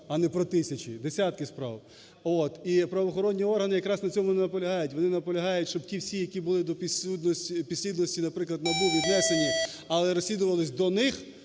а не про тисячі, десятки справ. І правоохоронні ограни якраз на цьому не наполягають. Вони наполягають, щоб ті всі, які були до підслідності, наприклад, НАБУ віднесені, але розслідувались до них,